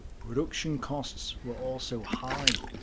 production costs were also high.